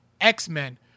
X-Men